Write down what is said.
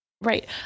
Right